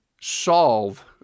solve